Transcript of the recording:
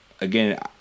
again